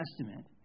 Testament